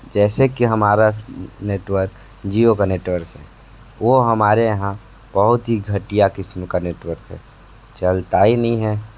जैसे कि हमारा नेटवर्क जिओ का नेटवर्क है वो हमारे यहाँ बहुत ही घटिया किस्म का नेटवर्क है चलता ही नहीं है